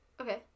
Okay